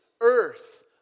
earth